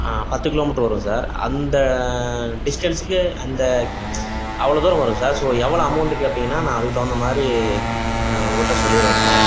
பத்து kilometre வரும் sir அந்த டிஸ்டன்ஸுக்கு அந்த அவ்வளோ தூரம் வரும் சார் ஸோ எவ்வளோ அமௌண்டு கேட்பீங்கன்னா நான் அதுக்கு தகுந்த மாதிரி உங்கக்கிட்ட சொல்லிடுவேன் சார்